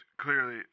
clearly